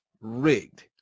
rigged